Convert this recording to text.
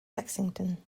lexington